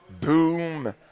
boom